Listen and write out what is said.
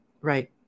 Right